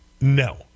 No